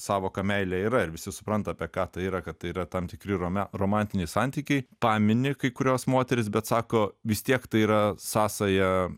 sąvoka meilė yra ir visi supranta apie ką tai yra kad tai yra tam tikri rome romantiniai santykiai pamini kai kurios moterys bet sako vis tiek tai yra sąsaja